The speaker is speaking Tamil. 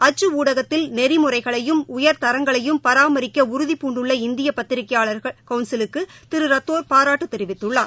அச்சுஊடகத்தில் நெறிமுறைகளையும் உயர் தரங்களையும் பராமரிக்கஉறுதிபூண்டுள்ள இந்தியபத்திரிகையாளர் கவுன்சிலுக்கும் திருரத்தோர் பாராட்டுதெரிவித்துள்ளார்